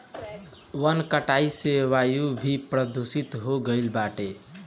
वन कटला से वायु भी प्रदूषित हो गईल बाटे